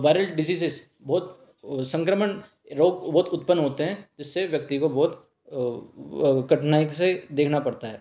viral diseases बहुत संक्रमण रोग बहुत उत्पन्न होते हैं इससे व्यक्ति को बहुत कठिनाई से देखना पड़ता है